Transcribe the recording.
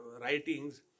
writings